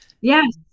Yes